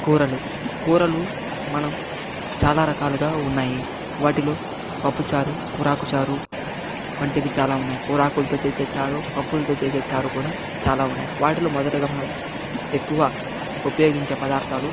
కూరలు కూరలు మనం చాలా రకాలుగా ఉన్నాయి వాటిలో పప్పుచారు కూరాకు చారు వంటివి చాలా ఉన్నాయి కూరాకులతో చేసే చారు పప్పులతో చేసే చారు కూడా చాలా ఉన్నాయి వాటిలో మొదటిగా మనం ఎక్కువ ఉపయోగించే పదార్థాలు